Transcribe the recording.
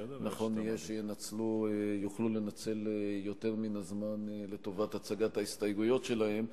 שנכון יהיה שיוכלו לנצל יותר מן הזמן לטובת הצגת ההסתייגויות שלהם.